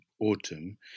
autumn